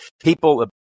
people